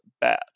bad